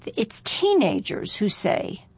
it's teenagers who say,